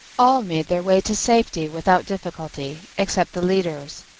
all made their way to safety without difficulty except the leaders,